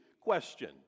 question